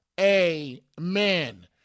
amen